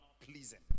pleasing